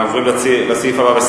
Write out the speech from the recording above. הנושא הבא: